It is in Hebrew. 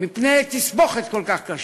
מפני תסבוכת כל כך קשה.